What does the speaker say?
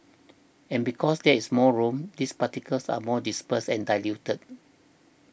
and because there is more room these particles are more dispersed and diluted